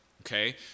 okay